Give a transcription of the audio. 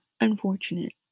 unfortunate